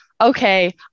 Okay